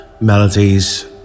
melodies